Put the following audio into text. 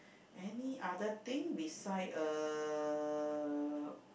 any other thing beside uh